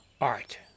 Art